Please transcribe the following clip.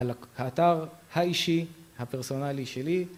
על האתר האישי הפרסונלי שלי